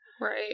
Right